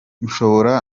ushobora